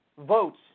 votes